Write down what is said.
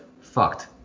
fucked—